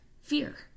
fear